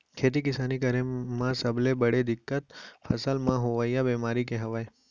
खेती किसानी करे म सबले बड़े दिक्कत फसल म होवइया बेमारी के हवय